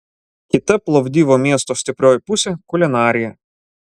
kita plovdivo miesto stiprioji pusė kulinarija